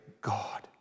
God